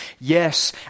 Yes